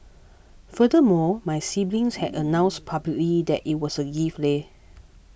furthermore my siblings had announced publicly that it was a gift leh